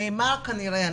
נאמר כנראה,